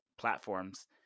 platforms